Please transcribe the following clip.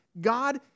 god